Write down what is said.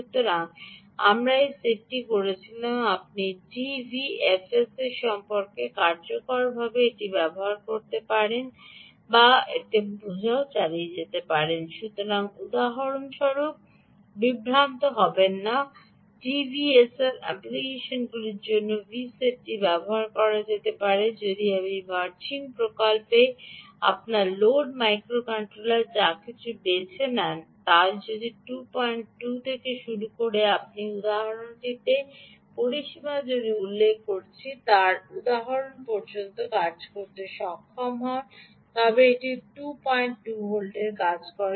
সুতরাং আমরা সেট করেছিলাম আপনি ডিভিএফএসের জন্য কার্যকরভাবে এটি ব্যবহার করতে পারেন এবং ডিভিএফএসের মাধ্যমে এখন আপনার ভার বোঝাও চালিয়ে যেতে পারে সুতরাং উদাহরণটি বিভ্রান্ত করবেন না ডিভিএফএস অ্যাপ্লিকেশনগুলির জন্য ভি সেটটি ব্যবহার করা যেতে পারে যদি আপনি ভার্চিং প্রকল্পে আপনার লোড মাইক্রোকন্ট্রোলার যা কিছু বেছে নেন তা যদি এটি 22 থেকে শুরু করে আমি উদাহরণটির যে পরিসীমা জুড়ে উল্লেখ করেছি তার উদাহরণ পর্যন্ত কাজ করতে সক্ষম হয় ঠিক এটি 22 থেকে কাজ করে